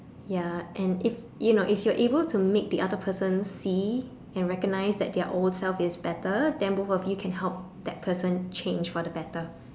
ya and if you know if you're able to make the other person see and recognize that their old self is better than both of you can help that person change for the better